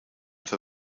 for